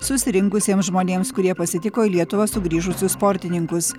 susirinkusiems žmonėms kurie pasitiko į lietuvą sugrįžusius sportininkus